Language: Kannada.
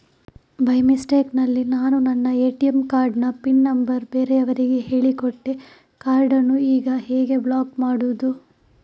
ಬೈ ಮಿಸ್ಟೇಕ್ ನಲ್ಲಿ ನಾನು ನನ್ನ ಎ.ಟಿ.ಎಂ ಕಾರ್ಡ್ ನ ಪಿನ್ ನಂಬರ್ ಬೇರೆಯವರಿಗೆ ಹೇಳಿಕೊಟ್ಟೆ ಕಾರ್ಡನ್ನು ಈಗ ಹೇಗೆ ಬ್ಲಾಕ್ ಮಾಡುವುದು?